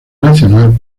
nacional